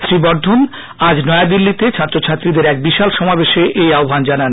শ্রী বর্ধন আজ নয়াদিল্লিতে ছাত্রছাত্রীদের এক বিশাল সমাবেশে এই আহ্বান আনান